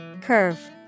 Curve